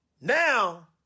Now